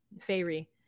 Fairy